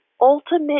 ultimate